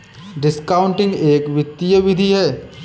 discounting एक वित्तीय विधि है